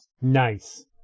Nice